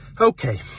Okay